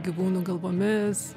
gyvūnų galvomis